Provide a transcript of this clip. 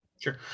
Sure